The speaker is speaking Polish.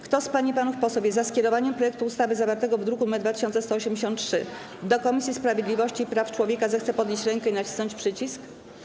Kto z pań i panów posłów jest za skierowaniem projektu ustawy zawartego w druku nr 2183 do Komisji Sprawiedliwości i Praw Człowieka, zechce podnieść rękę i nacisnąć przycisk.